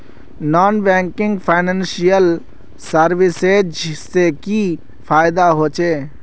Non banking financial services से की फायदा होचे?